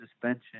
suspension